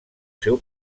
seu